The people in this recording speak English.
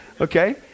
okay